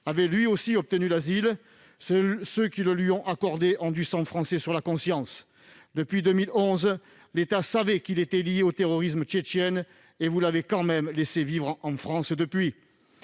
avait lui aussi obtenu l'asile : ceux qui le lui ont accordé ont du sang français sur la conscience. Depuis 2011, l'État savait qu'il était lié au terrorisme tchétchène, mais l'a quand même laissé vivre en France.